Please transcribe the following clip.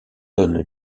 donne